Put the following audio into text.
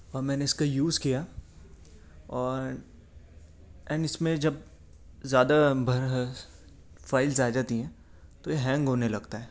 اور میں نے اس کا یوز کیا اور اینڈ اس میں جب زیادہ بھر فائلز آ جاتی ہیں تو یہ ہینگ ہونے لگتا ہے